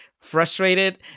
frustrated